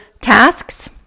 tasks